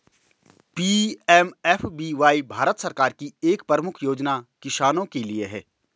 PMFBY Bharat सरकार की एक प्रमुख योजना किसानों के लिए है